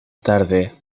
tarde